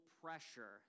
pressure